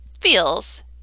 feels